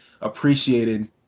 appreciated